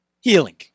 healing